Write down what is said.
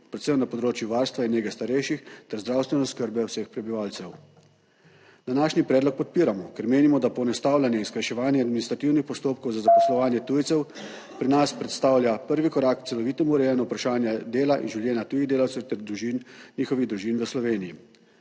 predvsem na področju varstva in nege starejših ter zdravstvene oskrbe vseh prebivalcev. Današnji predlog podpiramo, ker menimo, da poenostavljanje in skrajševanje administrativnih postopkov za zaposlovanje tujcev pri nas predstavlja prvi korak k celovitemu urejanju vprašanja dela in življenja tujih delavcev ter družin njihovih družin v Sloveniji.